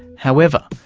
however,